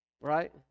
Right